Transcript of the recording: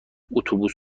اتوبوس